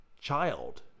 child